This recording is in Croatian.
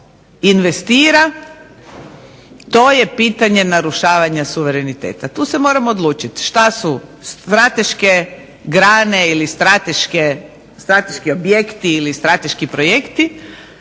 investira to je pitanje narušavanja suvereniteta. Tu se moramo odlučiti. Što su strateške grane ili strateški objekti ili strateški projekti,